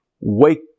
wake